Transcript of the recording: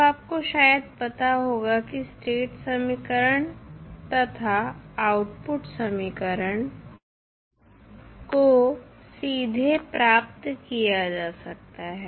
अब आपको शायद पता होगा कि स्टेट समीकरण तथा आउटपुट समीकरण को सीधे प्राप्त किया जा सकता है